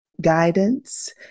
guidance